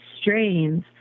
strains